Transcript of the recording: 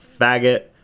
faggot